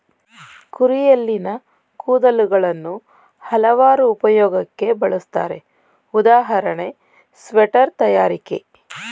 ಕುರಿಯಲ್ಲಿನ ಕೂದಲುಗಳನ್ನು ಹಲವಾರು ಉಪಯೋಗಕ್ಕೆ ಬಳುಸ್ತರೆ ಉದಾಹರಣೆ ಸ್ವೆಟರ್ ತಯಾರಿಕೆ